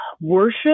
worship